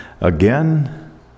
again